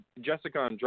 Jessica